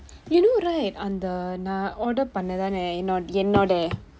you know right அந்த நான்:andtha naan order பண்ண தானே என்னோட என்னோட:panna thaanee ennooda ennooda